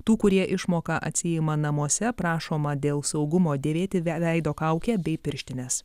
tų kurie išmoką atsiima namuose prašoma dėl saugumo dėvėti ve veido kaukę bei pirštines